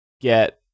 get